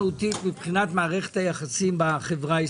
הסכמנו מה שהסכמנו.